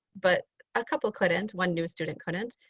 but a couple couldn't, one new student couldn't.